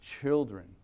children